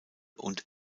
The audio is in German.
und